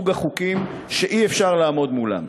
זה מסוג החוקים שאי-אפשר לעמוד מולם,